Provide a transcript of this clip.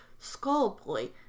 Skullboy